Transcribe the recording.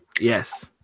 Yes